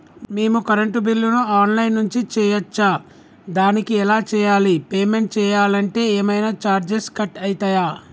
మేము కరెంటు బిల్లును online నుంచి చేయచ్చా? దానికి ఎలా చేయాలి? పేమెంట్ చేయాలంటే ఏమైనా చార్జెస్ కట్ అయితయా?